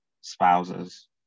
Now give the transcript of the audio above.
spouses